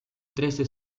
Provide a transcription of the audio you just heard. trece